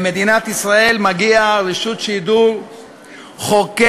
למדינת ישראל מגיעה רשות שידור חוקרת,